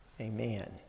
amen